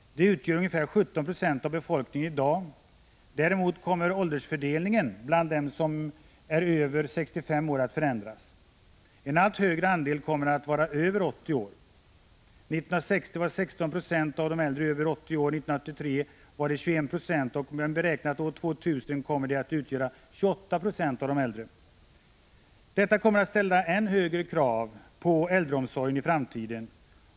De utgör ungefär 17 960 av befolkningen i dag. Däremot kommer åldersfördelningen bland dem som är över 65 år att förändras. En allt högre andel kommer att vara över 80 år. År 1960 var 16 26 av de äldre över 80 ÅN 1983 var de 21 96 och år 2000 kommer de, enligt beräkningar, att utgöra 28 0 av alla äldre. Detta kommer att ställa än högre krav på äldreomsorgen i framtiden.